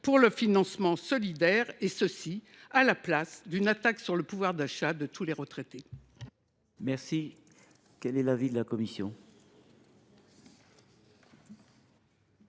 pour le financement solidaire, et ce à la place d’une attaque à l’encontre du pouvoir d’achat de tous les retraités.